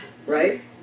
Right